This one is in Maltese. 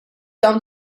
dawn